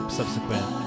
subsequent